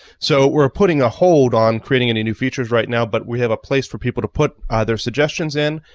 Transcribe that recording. so we're putting a hold on creating any new features right now but we have a place for people to put ah their suggestions in.